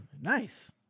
Nice